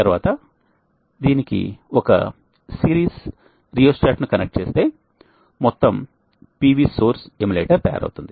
తర్వాత దీనికి ఒక సిరీస్ రియోస్టాట్ను కనెక్ట్ చేస్తే మొత్తం PV సోర్స్ ఎమ్యులేటర్ తయారవుతుంది